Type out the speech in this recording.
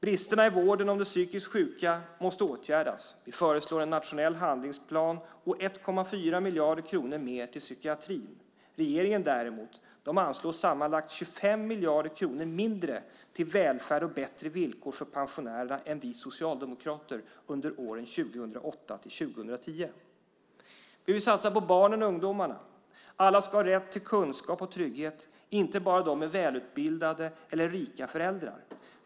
Bristerna i vården av de psykiskt sjuka måste åtgärdas. Vi föreslår en nationell handlingsplan och 1,4 miljarder kronor mer till psykiatrin. Regeringen däremot anslår sammanlagt 25 miljarder kronor mindre till välfärd och till bättre villkor för pensionärer än vi socialdemokrater anslår för åren 2008-2010. Vi vill satsa på barnen och ungdomarna. Alla ska ha rätt till kunskap och trygghet, inte bara de med välutbildade eller rika föräldrar.